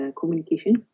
communication